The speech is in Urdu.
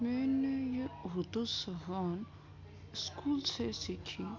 میں نے یہ اردو زبان اسکول سے سیکھی